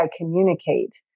communicate